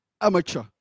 Amateur